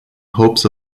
hopes